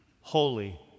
holy